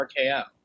RKO